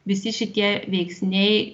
visi šitie veiksniai